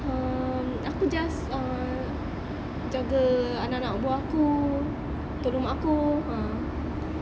um aku just uh jaga anak anak buah aku tolong mak aku ah